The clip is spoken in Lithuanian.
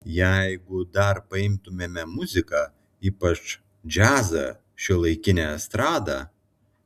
jeigu dar paimtumėme muziką ypač džiazą šiuolaikinę estradą